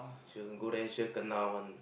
sure go there sure kena@ one